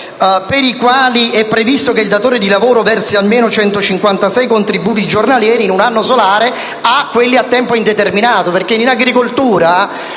per i quali eprevisto che il datore di lavoro versi almeno 156 contributi giornalieri in un anno solare, a quelli a tempo indeterminato. Infatti, in agricoltura